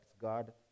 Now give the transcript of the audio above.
God